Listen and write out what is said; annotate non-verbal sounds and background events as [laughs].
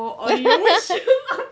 [laughs]